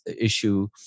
issue